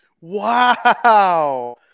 wow